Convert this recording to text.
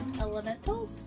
Elementals